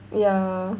ya